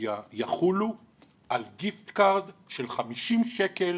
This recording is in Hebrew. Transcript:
יחולו על גיפט קארד של 50 שקל